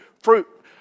fruit